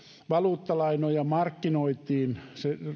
valuuttalainoja markkinoitiin